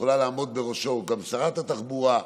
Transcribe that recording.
יכולה לעמוד בראשו שרת התחבורה.